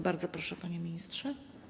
Bardzo proszę, panie ministrze.